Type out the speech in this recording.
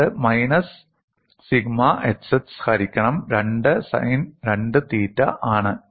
ഇത് minus sigma xx ഹരിക്കണം 2 sine 2 theta ആണ്